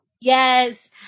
Yes